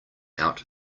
out